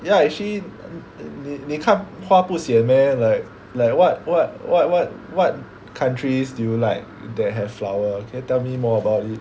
ya actually 你看花不 sian meh like like what what what what what countries do you like that have flower can you tell me more about it